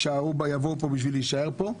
שיבואו לפה בשביל להישאר פה.